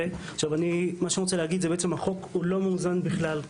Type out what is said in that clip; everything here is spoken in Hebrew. מה שאני רוצה להגיד זה שבעצם החוק לא מאוזן בכלל,